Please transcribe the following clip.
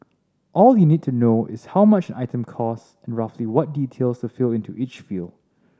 all you need to know is how much an item costs and roughly what details to fill into each field